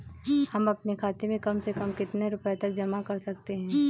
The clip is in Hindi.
हम अपने खाते में कम से कम कितने रुपये तक जमा कर सकते हैं?